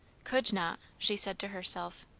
could not, she said to herself.